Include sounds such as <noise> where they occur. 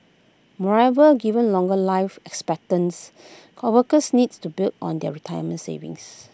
moreover given longer life expectancy <unintelligible> workers need to build on their retirement savings